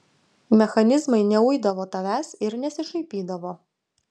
mechanizmai neuidavo tavęs ir nesišaipydavo